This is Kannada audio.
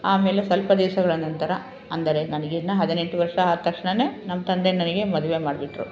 ಆಮೇಲೆ ಸ್ವಲ್ಪ ದಿವಸಗಳ ನಂತರ ಅಂದರೆ ನನಗಿನ್ನೂ ಹದಿನೆಂಟು ವರ್ಷ ಆದ ತಕ್ಷ್ಣವೇ ನಮ್ಮ ತಂದೆ ನನಗೆ ಮದುವೆ ಮಾಡಿಬಿಟ್ರು